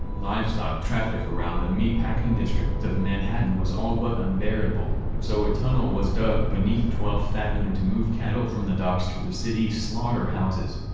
livestock traffic around the meatpacking district of manhattan was all but unbearable, so a tunnel was dug beneath twelfth avenue to move cattle from the docks to the city's slaughterhouses.